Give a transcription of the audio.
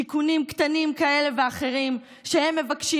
תיקונים קטנים כאלה ואחרים שהם מבקשים,